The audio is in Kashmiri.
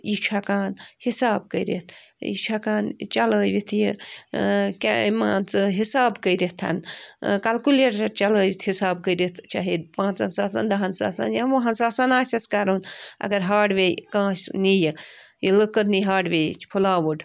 یہِ چھُ ہٮ۪کان حِساب کٔرِتھ یہِ چھُ ہٮ۪کان چَلٲوِتھ یہِ کیٛاہ مان ژٕ حِساب کٔرِتھ کلکوٗلیٹر چَلٲوِتھ حِساب کٔرِتھ چاہیے پانٛژن ساسن دَہن ساسن یا وُہن ساسن آسٮ۪س کَرُن اگر ہارڈوے کٲنٛسہِ نِیہِ یہِ لٔکٕر نِیہِ ہارڈویرٕچ فُلاوُڈ